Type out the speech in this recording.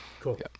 Cool